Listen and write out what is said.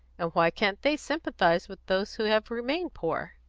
and why can't they sympathise with those who have remained poor?